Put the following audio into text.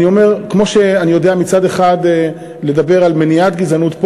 כמו שאני יודע מצד אחד לדבר על מניעת גזענות,